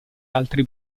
altri